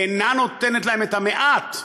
אינה נותנת להם את המעט,